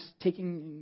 taking